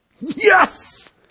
Yes